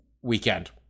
weekend